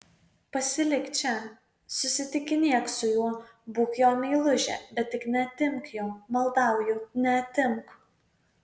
pasilik čia susitikinėk su juo būk jo meilužė bet tik neatimk jo maldauju neatimk